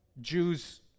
Jews